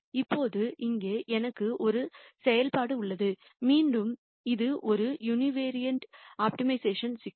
இப்போது இங்கே எனக்கு ஒரு செயல்பாடு உள்ளது மீண்டும் இது ஒரு யூனிவரியட் ஆப்டிமைசேஷன் சிக்கல்